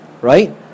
right